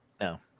no